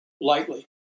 lightly